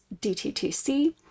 DTTC